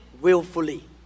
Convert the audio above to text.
willfully